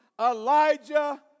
Elijah